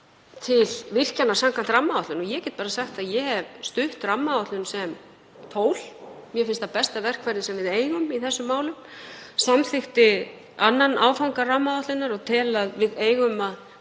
til virkjana samkvæmt rammaáætlun og ég get bara sagt að ég hef stutt rammaáætlun sem tól og mér finnst það besta verkfærið sem við eigum í þessum málum. Ég samþykkti 2. áfanga rammaáætlunar og tel að við eigum að